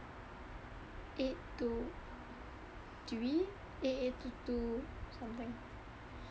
eight to three ei~ eight to two something